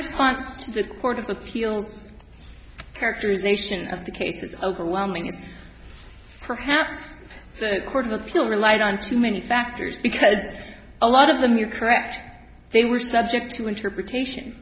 appeals characterization of the case is overwhelming that perhaps the court of appeal relied on too many factors because a lot of them you're correct they were subject to interpretation